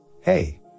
Hey